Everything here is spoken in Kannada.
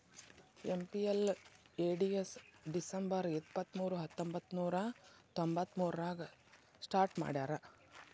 ಎಂ.ಪಿ.ಎಲ್.ಎ.ಡಿ.ಎಸ್ ಡಿಸಂಬರ್ ಇಪ್ಪತ್ಮೂರು ಹತ್ತೊಂಬಂತ್ತನೂರ ತೊಂಬತ್ತಮೂರಾಗ ಸ್ಟಾರ್ಟ್ ಮಾಡ್ಯಾರ